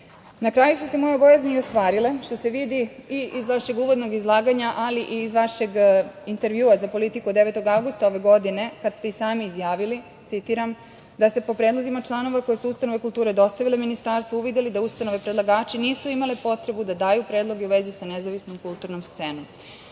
kraju su se moje bojazni i ostvarile, što se vidi i iz vašeg uvodnog izlaganja, ali i iz vašeg intervjua za „Politiku“ od 9. avgusta ove godine kad ste i sami izjavili, citiram – da ste po predlozima članova koje su ustanove kulture dostavile ministarstvu uvideli da ustanove predlagači nisu imale potrebu da daju predloge u vezi sa nezavisnom kulturnom scenom. Kao